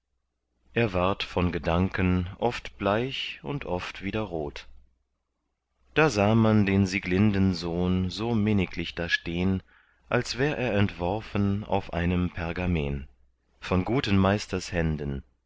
er ward von gedanken oft bleich und oft wieder rot da sah man den sieglindensohn so minniglich da stehn als wär er entworfen auf einem pergamen von guten meisters händen